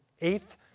eighth